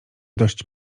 dość